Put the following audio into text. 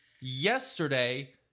yesterday